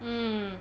mm